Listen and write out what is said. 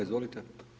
Izvolite.